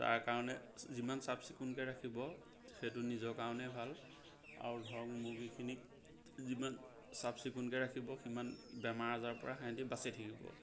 তাৰকাৰণে যিমান চাফ চিকুণকৈ ৰাখিব সেইটো নিজৰ কাৰণেই ভাল আৰু ধৰক মুৰ্গীখিনিক যিমান চাফ চিকুণকৈ ৰাখিব সিমান বেমাৰ আজাৰৰ পৰা সিহঁতি বাচি থাকিব